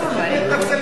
הספר,